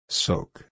soak